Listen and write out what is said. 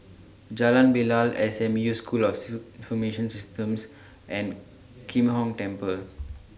Jalan Bilal S M U School of Information Systems and Kim Hong Temple